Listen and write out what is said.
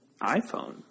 iPhone